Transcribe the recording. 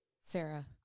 Sarah